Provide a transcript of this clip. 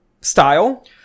style